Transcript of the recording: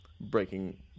breaking